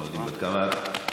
אנחנו יודעים בת כמה את.